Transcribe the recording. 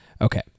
Okay